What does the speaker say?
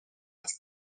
است